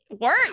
work